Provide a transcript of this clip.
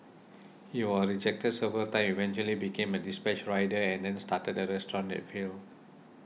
he was rejected several times eventually became a dispatch rider and then started a restaurant that failed